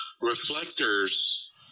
reflectors